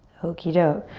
okie doke.